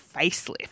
facelift